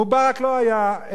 מובארק לא היה,